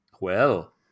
Well